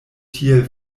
tiel